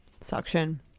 suction